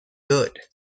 good